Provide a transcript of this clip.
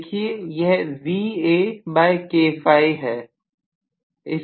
देखिए यह Vakφ है